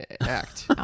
Act